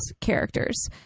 characters